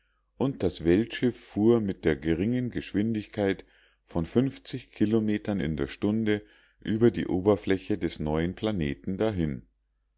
und das weltschiff fuhr mit der geringen geschwindigkeit von kilometern in der stunde über der oberfläche des neuen planeten dahin